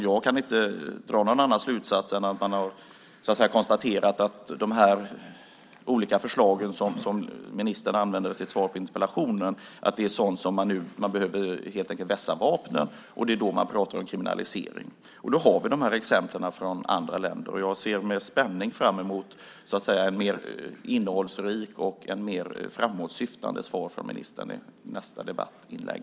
Jag kan inte dra någon annan slutsats än att man har konstaterat att de olika förslag som ministern använder i sitt svar på interpellationen inte är tillräckligt skarpa. Man tycker att man nu behöver vässa vapnen, och det är då man talar om kriminalisering. Vi har dessa exempel från andra länder. Jag ser med spänning fram emot ett mer innehållsrikt och framåtsyftande svar från ministern i nästa debattinlägg.